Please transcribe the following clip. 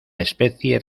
especie